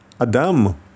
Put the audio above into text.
Adam